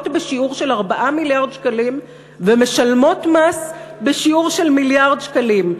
בשיעור 4 מיליארד שקלים ומשלמות מס בשיעור מיליארד שקלים.